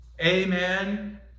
Amen